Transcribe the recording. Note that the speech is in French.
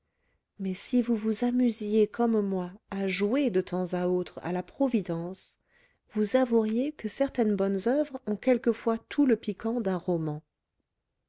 mais si vous vous amusiez comme moi à jouer de temps à autre à la providence vous avoueriez que certaines bonnes oeuvres ont quelquefois tout le piquant d'un roman